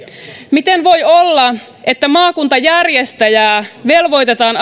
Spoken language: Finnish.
miten voi olla että maakuntajärjestäjää velvoitetaan